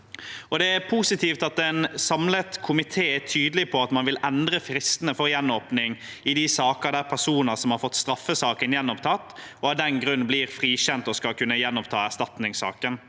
Det er positivt at en samlet komité er tydelig på at man vil endre fristene for gjenåpning i de saker der personer som har fått straffesaken gjenopptatt, og av den grunn blir frikjent, også skal kunne gjenoppta erstatningssaken.